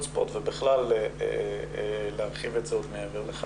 ספורט ובכלל להרחיב את זה עוד מעבר לכך.